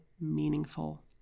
meaningful